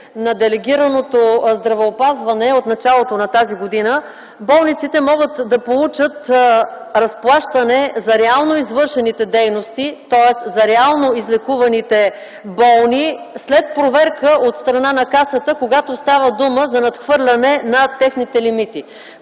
на делегираното здравеопазване от началото на тази година, болниците могат да получат разплащане за реално извършените дейности, тоест за реално излекуваните болни, след проверка от страна на Касата, когато става дума за надхвърляне на техните лимити.